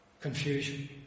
confusion